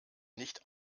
nicht